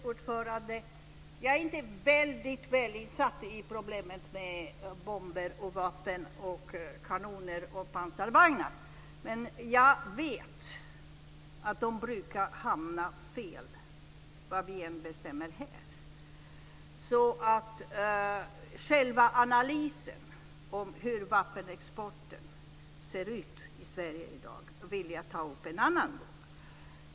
Fru talman! Jag är inte så väl insatt i problemet med bomber, vapen, kanoner och pansarvagnar, men jag vet att de brukar hamna fel, vad vi än bestämmer här. Själva analysen av hur vapenexporten ser ut i Sverige i dag vill jag ta upp en annan gång.